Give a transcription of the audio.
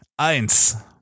eins